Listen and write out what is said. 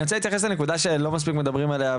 אני רוצה להתייחס לנקודה שלא מספיק מדברים עליה.